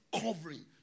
covering